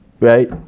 right